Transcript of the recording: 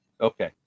Okay